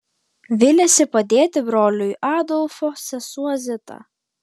viliasi padėti broliui adolfo sesuo zita